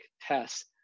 tests